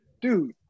dude